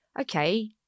okay